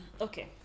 Okay